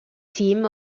team